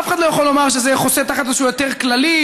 אף אחד לא יכול לומר שזה חוסה תחת איזשהו היתר כללי,